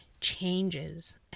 changes